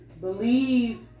Believe